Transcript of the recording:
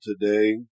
today